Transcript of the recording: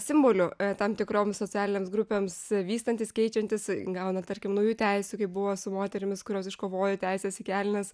simboliu tam tikrom socialinėms grupėms vystantis keičiantis gauna tarkim naujų teisių kaip buvo su moterimis kurios iškovojo teises į kelnes